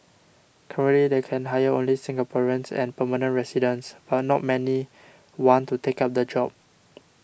currently they can hire only Singaporeans and permanent residents but not many want to take up the job